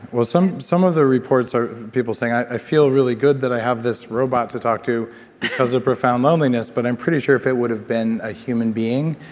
well some some of the reports are people saying, i feel really good that i have this robot to talk to because of profound loneliness, but i'm pretty sure if it would've been a human being,